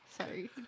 Sorry